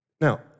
Now